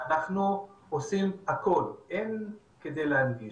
אנחנו עושים הכול כדי להנגיש.